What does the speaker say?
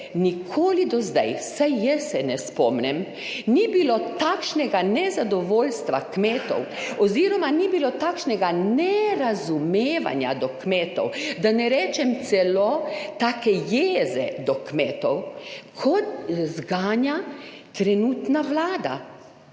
nikoli do zdaj, vsaj jaz se ne spomnim, ni bilo takšnega nezadovoljstva kmetov oz. ni bilo takšnega nerazumevanja do kmetov, da ne rečem celo take jeze do kmetov, kot zganja trenutna Vlada.